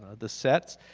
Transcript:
the sets.